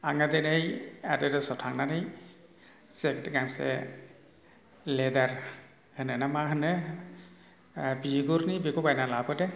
आङो दिनै आदिदासाव थांनानै सोर्ट गांसे लेदार होनो ना मा होनो बिगुरनि बेखौ बायना लाबोदों